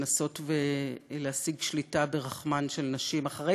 לנסות ולהשיג שליטה ברחמן של נשים אחרי